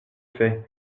fait